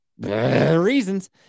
Reasons